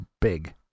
big